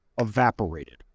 evaporated